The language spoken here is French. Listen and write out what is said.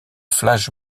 flash